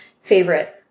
favorite